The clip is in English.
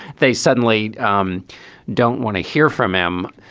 they suddenly um don't want to hear from them.